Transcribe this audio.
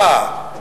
אהה.